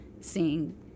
seeing